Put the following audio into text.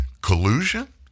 collusion